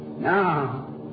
Now